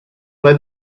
ple